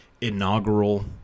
inaugural